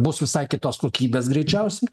bus visai kitos kokybės greičiausiai